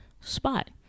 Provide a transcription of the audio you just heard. spot